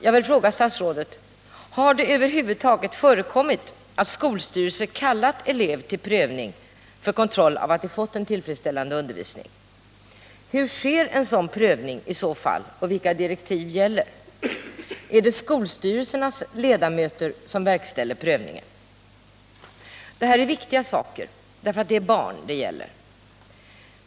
Jag vill fråga statsrådet: Har det över huvud taget förekommit att skolstyrelser kallat elev till prövning för kontroll av att vederbörande fått en tillfredsställande undervisning? Hur sker en sådan prövning i så fall, och vilka direktiv gäller? Är det skolstyrelsernas ledamöter som verkställer prövningen? Det här är viktiga saker därför att det gäller barn.